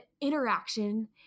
interaction